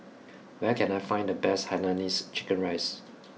where can I find the best Hainanese chicken rice